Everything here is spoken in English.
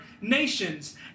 nations